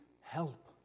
help